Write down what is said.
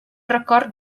record